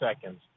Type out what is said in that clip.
seconds